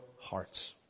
hearts